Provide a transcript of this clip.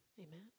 amen